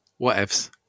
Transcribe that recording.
Whatevs